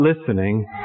listening